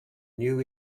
new